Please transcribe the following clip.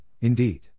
indeed